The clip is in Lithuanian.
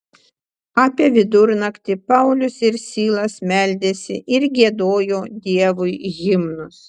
apie vidurnaktį paulius ir silas meldėsi ir giedojo dievui himnus